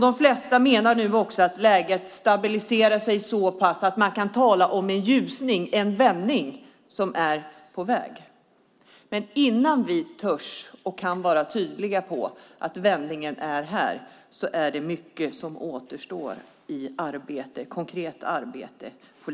De flesta menar att läget stabiliserat sig så pass att man kan tala om att en ljusning och vändning är på väg. Innan vi törs och kan vara tydliga med att vändningen är här återstår mycket av konkret politiskt arbete.